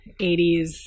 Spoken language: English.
80s